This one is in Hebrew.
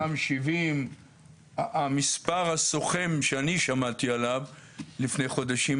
שם 70. המספר הסוכם ששמעתי עליו לפני חודשים